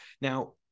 Now